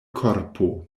korpo